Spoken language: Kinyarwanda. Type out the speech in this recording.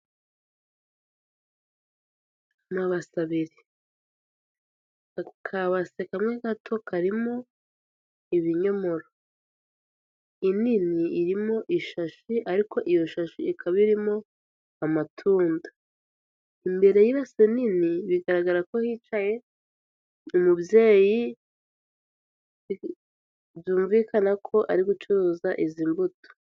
Amabase abiri akabase kamwe gato karimo ibinyomoro, inini irimo ishashi ariko iyo shashi ikaba irimo amatunda imbere y'ibase nini bigaragara ko hicaye umubyeyi byumvikana ko ari gucuruza izi mbuto.